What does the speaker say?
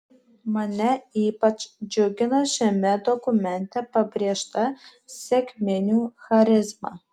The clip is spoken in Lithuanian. mane ypač džiugina šiame dokumente pabrėžta sekminių charizma